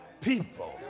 people